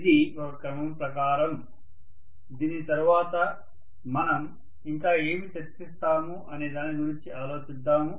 ఇది ఒక క్రమం ప్రకారం దీని తరువాత మనం ఇంకా ఏమి చర్చిస్తాము అనే దాని గురించి ఆలోచిద్దాము